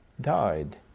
died